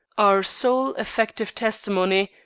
our sole effective testimony,